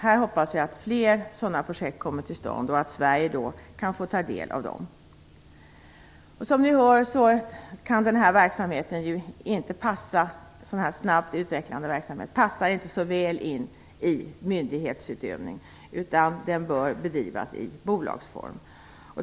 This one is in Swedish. Jag hoppas att flera sådana projekt kommer till stånd och att Sverige kan få ta del av dessa. En så här snabbt utvecklad verksamhet passar inte så väl för myndighetsutövning utan bör bedrivas i bolagsform.